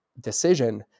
decision